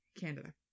Canada